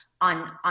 on